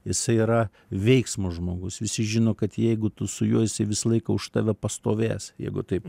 jisai yra veiksmo žmogus visi žino kad jeigu tu su juo jisai visą laiką už tave pastovės jeigu taip